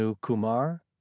kumar